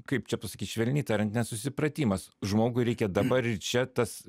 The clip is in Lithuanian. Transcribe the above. kaip čia pasakyt švelniai tariant nesusipratimas žmogui reikia dabar čia tas